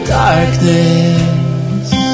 darkness